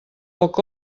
poc